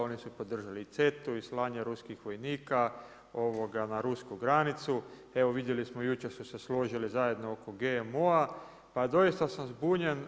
Oni su podržali i CETA-u i slanje ruskih vojnika na rusku granicu, evo vidjeli smo jučer su se složili zajedno oko GMO-a pa doista sam zbunjen.